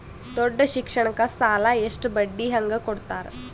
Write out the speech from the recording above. ದೊಡ್ಡ ಶಿಕ್ಷಣಕ್ಕ ಸಾಲ ಎಷ್ಟ ಬಡ್ಡಿ ಹಂಗ ಕೊಡ್ತಾರ?